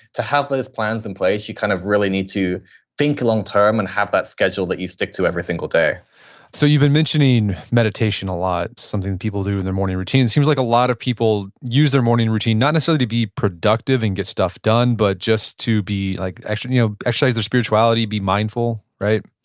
to have those plans in place, you kind of really need to think long term and have that schedule that you stick to every single day so you've been mentioning meditation a lot, something people do in their morning routines. it seems like a lot of people use their morning routine, not necessarily be productive and get stuff done. but just to be, like actually you know actually their spirituality be mindful, right?